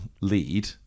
lead